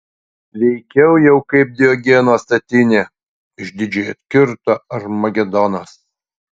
veikiau jau kaip diogeno statinė išdidžiai atkirto armagedonas